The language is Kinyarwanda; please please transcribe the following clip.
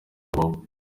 rubavu